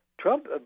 Trump